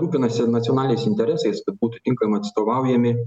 rūpinasi nacionaliniais interesais būtų tinkamai atstovaujami